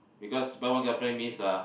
because buy one get free means uh